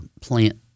plant